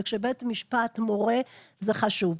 וכשבית משפט מורה זה חשוב.